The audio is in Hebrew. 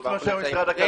חוץ מאשר משרד הכלכלה.